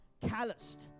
calloused